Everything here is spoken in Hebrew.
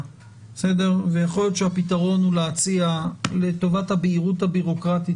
ויכול להיות שהפתרון הוא להצביע לטובת הבהירות הבירוקרטית